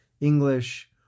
English